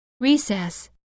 recess